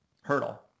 hurdle